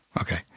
okay